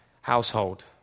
household